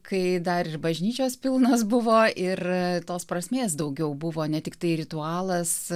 kai dar ir bažnyčios pilnos buvo ir tos prasmės daugiau buvo ne tiktai ritualas